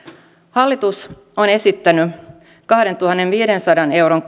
hallitus on esittänyt kahdentuhannenviidensadan euron